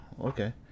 Okay